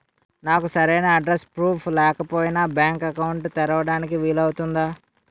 నాకు సరైన address proof లేకపోయినా బ్యాంక్ అకౌంట్ తెరవడానికి వీలవుతుందా?